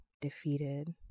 defeated